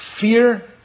Fear